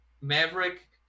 Maverick